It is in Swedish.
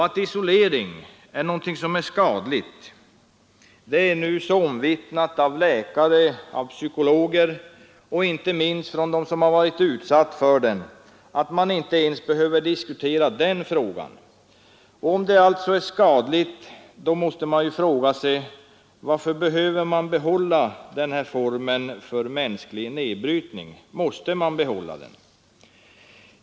Att isolering är skadligt är något som nu är så omvittnat av läkare och psykologer — och inte minst av dem som varit utsatta för den — att man inte ens behöver diskutera den frågan. Och om Nr 54 det är skadligt, måste man då behålla denna form för mänsklig Onsdagen den nedbrytning?